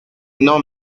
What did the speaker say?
non